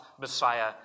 Messiah